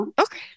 Okay